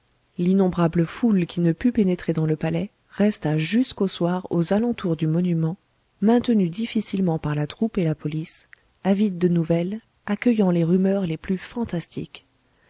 l'innombrable foule qui ne put pénétrer dans le palais resta jusqu'au soir aux alentours du monument maintenue difficilement par la troupe et la police avide de nouvelles accueillant les rumeurs les plus fantastiques